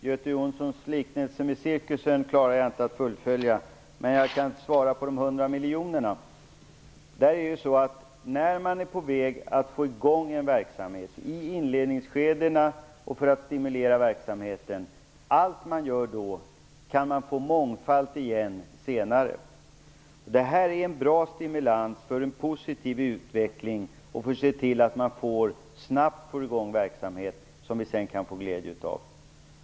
Herr talman! Göte Jonssons liknelse med cirkushästen klarar jag inte att fullfölja, men jag kan svara när det gäller de 100 miljonerna. Allt man gör när en verksamhet är på väg att komma i gång kan man få mångfalt igen senare. Det är en bra stimulans för en positiv utveckling och för att se till att man snabbt får i gång verksamhet som vi sedan kan få glädje av.